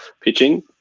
Pitching